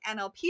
NLP